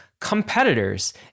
competitors